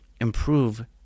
improve